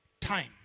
time